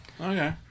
Okay